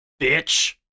Bitch